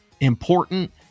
important